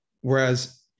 Whereas